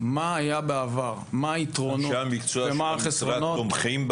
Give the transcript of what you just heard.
מה היה בעבר, מהם היתרונות ומהם החסרונות.